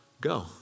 go